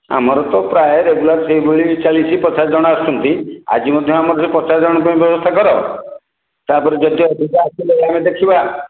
ଆମର ତ ପ୍ରାୟ ରେଗୁଲାର୍ ସେଇଭଳି ଚାଲିଛି ପଚାଶ ଜଣ ଆସୁଛନ୍ତି ଆଜି ମଧ୍ୟ ଆମର ସେଇ ପଚାଶ ଜଣଙ୍କ ପାଇଁ ବ୍ୟବସ୍ଥା କର ତା'ପରେ ଯେତେ ଅଧିକା ଆସିଲେ ଆମେ ଦେଖିବା